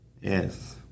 Yes